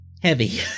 heavy